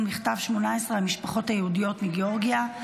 מכתב 18 המשפחות היהודיות מגאורגיה,